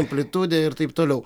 amplitudė ir taip toliau